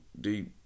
deep